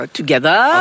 together